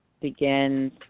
begins